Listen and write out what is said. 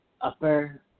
upper